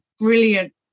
brilliant